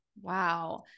wow